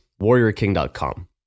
warriorking.com